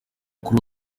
kuri